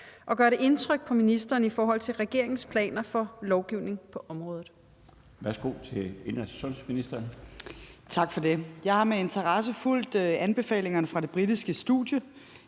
og gør det indtryk på ministeren i forhold til regeringens planer for lovgivning på området?